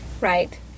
Right